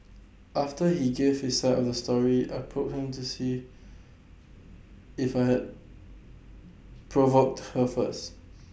after he gave his side of the story I probed him to see if I had provoked her first